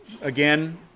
again